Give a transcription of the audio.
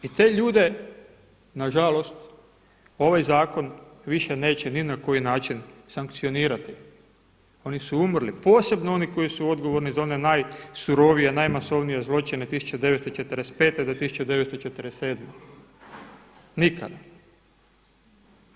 I te ljude, nažalost, ovaj zakon više neće ni na koji način sankcionirati, oni su umrli, posebno oni koji su odgovorni za one najsurovije, najmasovnije zločine 1945. do 1947., nikada.